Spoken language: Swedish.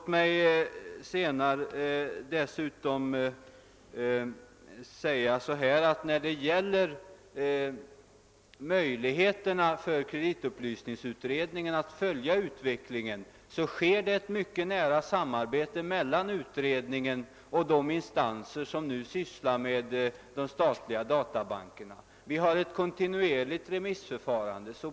När det gäller möjligheterna för kreditupplysningsutredningen att följa utvecklingen så sker det ett mycket nära samarbete mellan utredningen och de instanser som nu sysslar med de statliga databankerna. Vi har ett kontinuerligt remissförfarande.